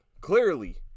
clearly